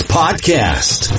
podcast